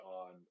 on